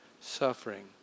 suffering